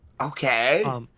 Okay